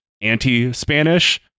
anti-Spanish